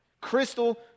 Crystal